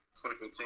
2015